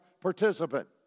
participant